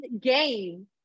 game